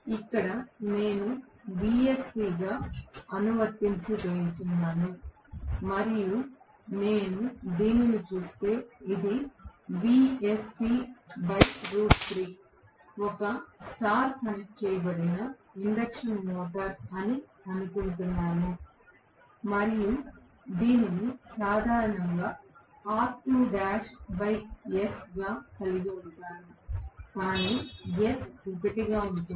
ఇక్కడ నేను Vsc గా అనువర్తింప చేయుచున్నాను మరియు నేను దీనిని చూస్తే ఇది ఒక స్టార్ కనెక్ట్ చేయబడిన ఇండక్షన్ మోటర్ అని నేను అనుకుంటాను మరియు నేను దీనిని సాధారణంగా R2ls గా కలిగి ఉంటాను కాని s 1 గా ఉంటుంది